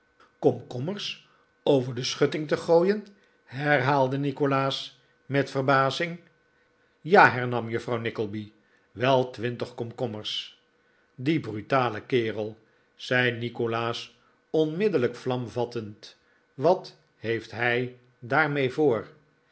komkommers over de schutting te gooien herhaalde nikolaas met verbazing ja hernam juffrouw nickleby wel twintig komkommers die brutale kerel zei nikolaas onmiddellijk vlam vattend wat heeft hij daarmee voor